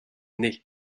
née